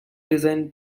design